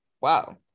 wow